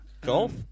Golf